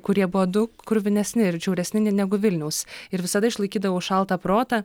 kurie buvo daug kruvinesni ir žiauresni ne negu vilniaus ir visada išlaikydavau šaltą protą